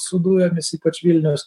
su dujomis ypač vilnius